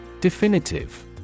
Definitive